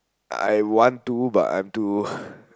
I want to but I'm too ppl